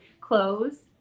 clothes